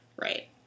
Right